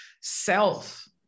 self